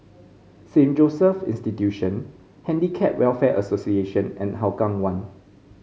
Saint Joseph's Institution Handicap Welfare Association and Hougang One